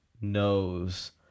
knows